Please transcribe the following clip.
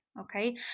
okay